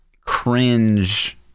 cringe